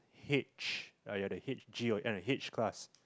H either a H_G or H class